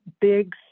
big